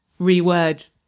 reword